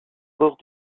bord